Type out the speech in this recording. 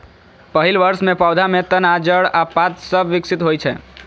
पहिल वर्ष मे पौधा मे तना, जड़ आ पात सभ विकसित होइ छै